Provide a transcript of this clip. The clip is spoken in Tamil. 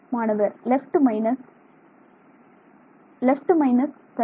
மாணவர் லெஃப்ட் மைனஸ் லெஃப்ட் மைனஸ் சரி